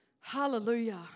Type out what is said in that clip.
Hallelujah